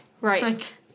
Right